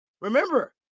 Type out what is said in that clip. Remember